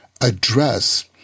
Address